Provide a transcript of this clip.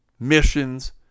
missions